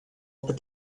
but